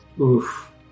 Oof